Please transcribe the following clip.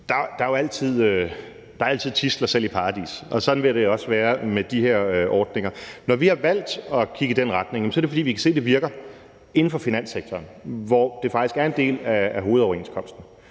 Der er jo altid tidsler – selv i Paradis – og sådan vil det også være med de her ordninger. Når vi har valgt at kigge i den retning, er det, fordi vi kan se, at det virker inden for finanssektoren, hvor det faktisk er en del af hovedoverenskomsten.